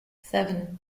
seven